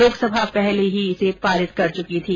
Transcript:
लोकसभा पहले ही पारित कर चुकी थी